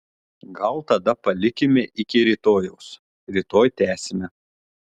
gal tada palikime iki rytojaus rytoj tęsime